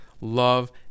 love